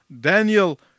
Daniel